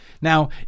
Now